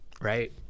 right